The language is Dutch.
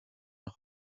nog